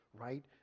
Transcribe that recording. right